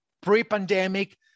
pre-pandemic